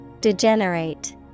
Degenerate